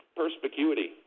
perspicuity